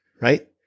right